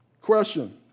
Question